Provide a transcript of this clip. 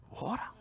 water